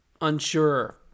unsure